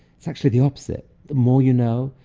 it's actually the opposite. the more you know,